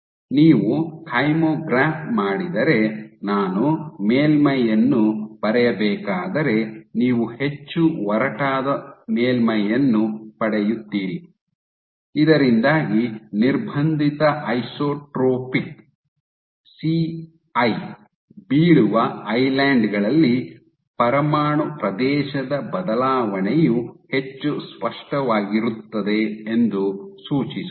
ನೀವು ಕೈಮೊಗ್ರಾಫ್ ಮಾಡಿದರೆ ನಾನು ಮೇಲ್ಮೈಯನ್ನು ಬರೆಯಬೇಕಾದರೆ ನೀವು ಹೆಚ್ಚು ಒರಟಾದ ಮೇಲ್ಮೈಯನ್ನು ಪಡೆಯುತ್ತೀರಿ ಇದರಿಂದಾಗಿ ನಿರ್ಬಂಧಿತ ಐಸೊಟ್ರೊಪಿಕ್ ಸಿಐ ಬೀಳುವ ಐಲ್ಯಾನ್ಡ್ ಗಳಲ್ಲಿ ಪರಮಾಣು ಪ್ರದೇಶದ ಬದಲಾವಣೆಯು ಹೆಚ್ಚು ಸ್ಪಷ್ಟವಾಗಿರುತ್ತದೆ ಎಂದು ಸೂಚಿಸುತ್ತದೆ